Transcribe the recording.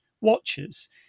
watches